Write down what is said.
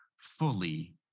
fully